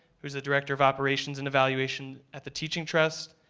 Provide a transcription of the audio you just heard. who is the director of operations and evaluation at the teaching trust.